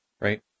right